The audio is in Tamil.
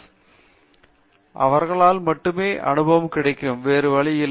பேராசிரியர் அரிந்தமா சிங் அவர்களால் மட்டுமே அனுபவம் கிடைக்கும் வேறு வழியில்லை